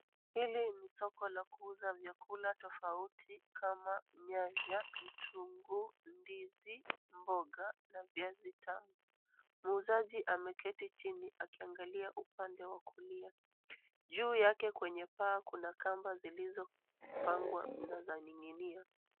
Hili ni soko la kuuza vyakula tofauti kama nyanya, vitunguu, ndizi, mboga, na viazi tamu. Muuzaji ameketi chini akiangalia upande wa kulia. Juu yake kwenye paa kuna kamba zilizopangwa na zaning'inia.